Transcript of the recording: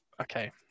okay